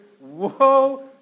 Whoa